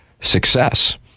success